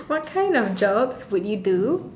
what kind of jobs would you do